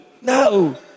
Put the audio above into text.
No